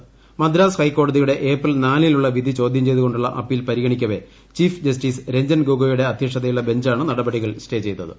ആശുപത്രിയിലാണ് മദ്രാസ് ഹൈക്കോടതിയുടെ ഏപ്രിൽ നാലിന്റുല്ള വിധി ചോദ്യം ചെയ്തുകൊണ്ടുള്ള അപ്പീൽ പരിഗ്ജ്ജിക്ക്വേ ചീഫ് ജസ്റ്റിസ് രഞ്ജൻ ഗൊഗോയുടെ അധ്യക്ഷത്യിലുള്ള ബഞ്ചാണ് നടപടികൾ സ്റ്റേ ചെയ്തത്